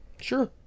sure